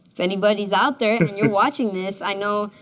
if anybody's out there, and you're watching this. i know,